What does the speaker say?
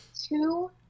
two